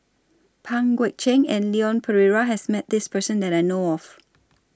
Pang Guek Cheng and Leon Perera has Met This Person that I know of